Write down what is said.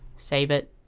save it